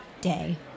Day